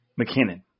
McKinnon